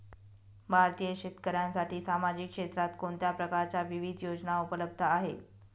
भारतीय शेतकऱ्यांसाठी सामाजिक क्षेत्रात कोणत्या प्रकारच्या विविध योजना उपलब्ध आहेत?